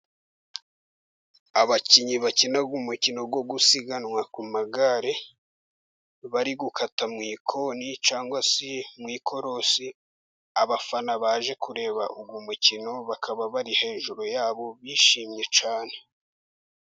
Abakinnyi bakina umukino wo gusiganwa ku magare bari gukata mu ikoni cyangwa se mu ikorosi, abafana baje kureba uyu mukino bakaba bari hejuru yabo bishimye cyane.